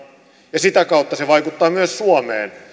ja sitä kautta se vaikuttaa myös suomeen